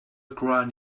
crying